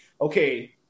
okay